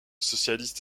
socialistes